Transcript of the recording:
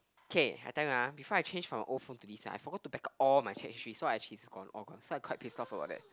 okay I tell you uh before I change from my old phone to this uh I forgot to back all my chat history so I actually is gone all gone so I quite pissed off about that